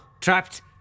Trapped